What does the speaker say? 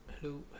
hello